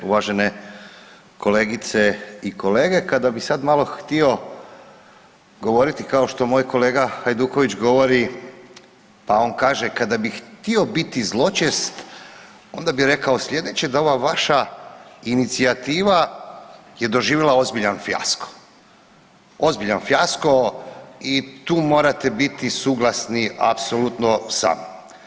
Uvažene kolegice i kolege, kada bi sad malo htio govoriti kao što moj kolega Hajduković govori pa on kaže kada bih htio zločest onda bi rekao slijedeće da ova vaša inicijativa je doživjela ozbiljan fijasko, ozbiljan fijasko i tu morate biti suglasni apsolutno sa mnom.